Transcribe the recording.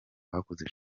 bakoze